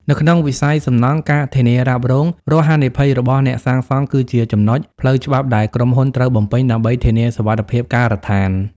នៅក្នុងវិស័យសំណង់ ការធានារ៉ាប់រង រាល់ហានិភ័យរបស់អ្នកសាងសង់គឺជា ចំណុច ផ្លូវច្បាប់ដែលក្រុមហ៊ុនត្រូវបំពេញដើម្បីធានាសុវត្ថិភាពការដ្ឋាន។